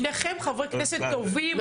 שניכם חברי כנסת טובים,